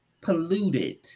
polluted